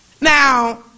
Now